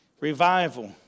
Revival